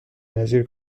نظیر